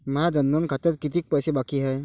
माया जनधन खात्यात कितीक पैसे बाकी हाय?